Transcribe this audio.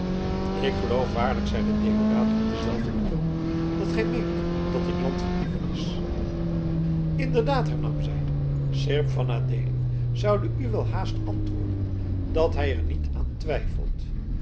ik geloof waarlijk zeide deodaat op denzelfden toon dat gij meent dat dit land vol dieven is inderdaad hernam zij seerp van adeelen zoude u wel haast antwoorden dat hij er niet aan twijfelt